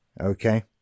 okay